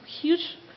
huge